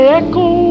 echo